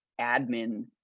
admin